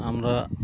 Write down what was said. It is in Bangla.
আমরা